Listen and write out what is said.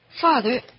Father